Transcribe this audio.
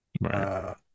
Right